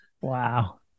Wow